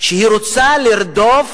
שרוצה לרדוף